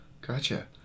Gotcha